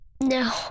No